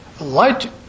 light